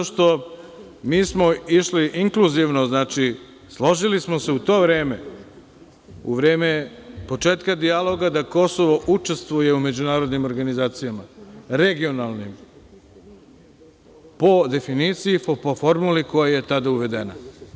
Zato što, mi smo išli inkluzivno, znači složili smo se u to vreme, u vreme početka dijaloga da Kosovo učestvuje u međunarodnim organizacijama, regionalnim, po definiciji, po formuli koja je tada uvedena.